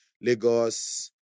Lagos